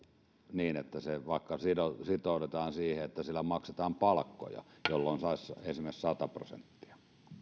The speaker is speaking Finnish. niin että vaikka sitoudutaan sitoudutaan siihen että sillä maksetaan palkkoja jolloin saisi esimerkiksi sata prosenttia